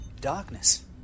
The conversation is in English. darkness